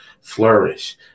flourish